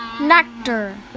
Nectar